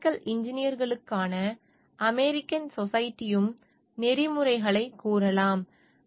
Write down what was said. mechanical இன்ஜினியர்களுக்கான American சொசைட்டியும் நெறிமுறைகளைக் கூறலாம்